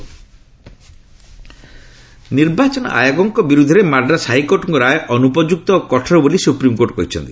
SC ECI ନିର୍ବାଚନ ଆୟୋଗଙ୍କ ବିରୁଦ୍ଧରେ ମାଡ୍ରାସ୍ ହାଇକୋର୍ଟ୍ଙ୍କ ରାୟ ଅନୁପଯୁକ୍ତ ଓ କଠୋର ବୋଲି ସୁପ୍ରିମ୍କୋର୍ଟ କହିଛନ୍ତି